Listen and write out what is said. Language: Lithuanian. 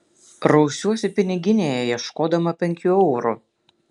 rausiuosi piniginėje ieškodama penkių eurų